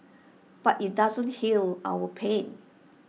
but IT doesn't heal our pain